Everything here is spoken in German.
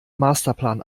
masterplan